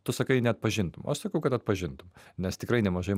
tu sakai neatpažintum aš sakau kad atpažintum nes tikrai nemažai